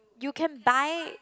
you can buy